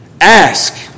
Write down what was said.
Ask